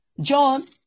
John